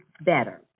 better